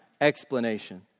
explanation